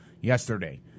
Yesterday